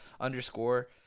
underscore